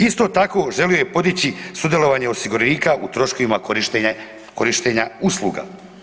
Isto tako želio je podići sudjelovanje osiguranika u troškovima korištenja usluga.